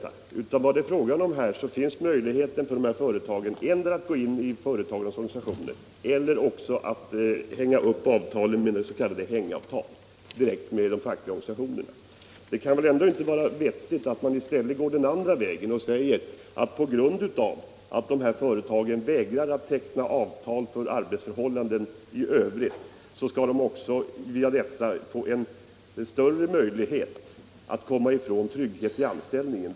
Vad det här gäller är att det för dessa företag finns möjligheter att endera gå in i företagarnas organisationer eller att använda sig av s.k. hängavtal direkt med de fackliga organisationerna. Det kan väl ändå inte vara vettigt att i stället gå andra vägen och säga, att sådana företag som vägrar teckna avtal för arbetsförhållandena i övrigt skall därigenom få större möjligheter att komma ifrån tryggheten i anställningen!